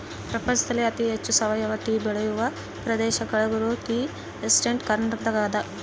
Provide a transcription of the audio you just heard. ಪ್ರಪಂಚದಲ್ಲಿ ಅತಿ ಹೆಚ್ಚು ಸಾವಯವ ಟೀ ಬೆಳೆಯುವ ಪ್ರದೇಶ ಕಳೆಗುರು ಟೀ ಎಸ್ಟೇಟ್ ಕರ್ನಾಟಕದಾಗದ